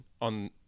on